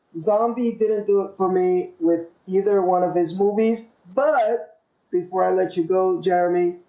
zombie didn't do it for me with either one of his movies, but before i let you go jeremy,